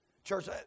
Church